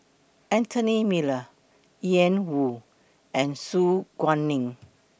Anthony Miller Ian Woo and Su Guaning